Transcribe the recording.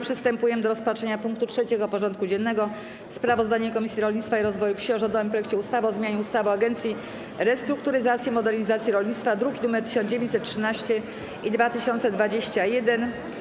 Przystępujemy do rozpatrzenia punktu 3. porządku dziennego: Sprawozdanie Komisji Rolnictwa i Rozwoju Wsi o rządowym projekcie ustawy o zmianie ustawy o Agencji Restrukturyzacji i Modernizacji Rolnictwa (druki nr 1913 i 2021)